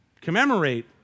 commemorate